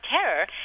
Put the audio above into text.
terror